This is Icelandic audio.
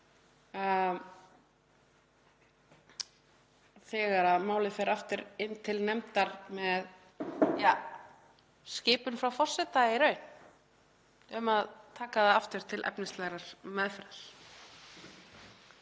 þegar málið færi aftur inn til nefndar, í raun með skipun frá forseta um að taka það aftur til efnislegrar meðferðar.